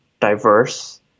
diverse